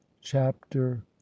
chapter